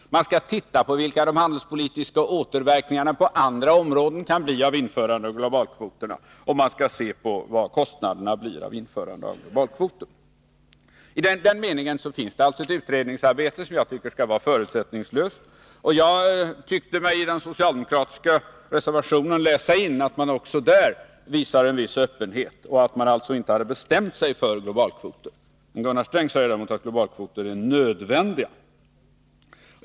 Man skall se på vilka de handelspolitiska återverkningarna på andra områden kan bli av ett införande av globalkvoter, man skall se på vilka kostnaderna blir. I den meningen finns det alltså ett utredningsarbete, som jag tycker skall vara förutsättningslöst. Jag tyckte mig i den socialdemokratiska reservationen läsa in, att man också där visade en viss öppenhet och att man alltså inte har bestämt sig för globalkvoterna. Gunnar Sträng säger däremot att globalkvoter är nödvändiga.